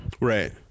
Right